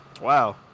Wow